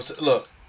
look